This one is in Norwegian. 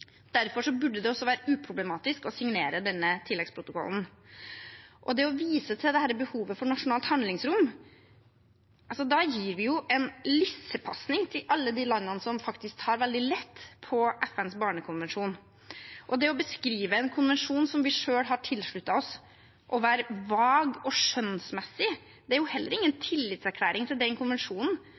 Derfor burde det også være uproblematisk å signere denne tilleggsprotokollen. Ved å vise til dette behovet for nasjonalt handlingsrom gir vi en lissepasning til alle de landene som faktisk tar veldig lett på FNs barnekonvensjon. Det å beskrive en konvensjon som vi selv har tilsluttet oss, og være vag og skjønnsmessig, er heller ingen tillitserklæring til den konvensjonen,